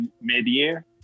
mid-year